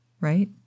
right